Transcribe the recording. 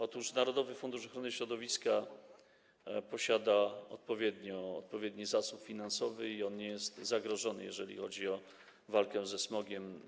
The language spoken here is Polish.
Otóż narodowy fundusz ochrony środowiska posiada odpowiedni zasób finansowy i nie jest on zagrożony, jeżeli chodzi o walkę ze smogiem.